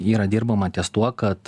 yra dirbama ties tuo kad